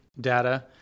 data